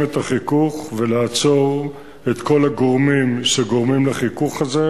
את החיכוך ולעצור את כל הגורמים שגורמים לחיכוך הזה,